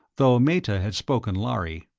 though meta had spoken lhari.